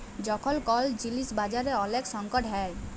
যখল কল জিলিস বাজারে ওলেক সংকট হ্যয়